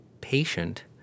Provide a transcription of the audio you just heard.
patient